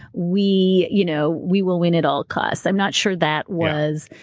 we you know we will win at all costs. i'm not sure that was.